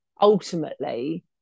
ultimately